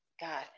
God